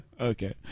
okay